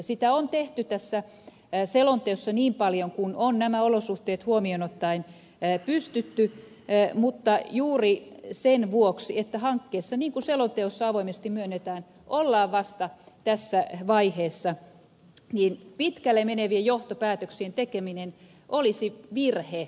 sitä on tehty tässä selonteossa niin paljon kuin on nämä olosuhteet huomioon ottaen pystytty mutta juuri sen vuoksi että hankkeessa niin kuin selonteossa avoimesti myönnetään ollaan vasta tässä vaiheessa pitkälle menevien johtopäätöksien tekeminen olisi virhe